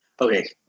Okay